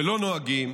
ולא נוהגים